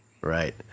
right